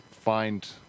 find –